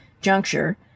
juncture